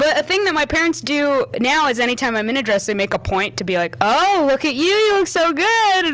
but a thing that my parents do now is anytime i'm in a dress they make a point to be like, oh, look at you. you look so good! and